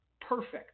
Perfect